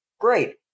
Great